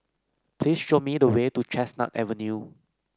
please show me the way to Chestnut Avenue